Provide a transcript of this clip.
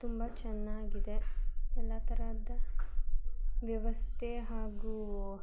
ತುಂಬ ಚೆನ್ನಾಗಿದೆ ಎಲ್ಲ ತರಹದ ವ್ಯವಸ್ಥೆ ಹಾಗೂ